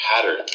pattern